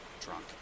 drunk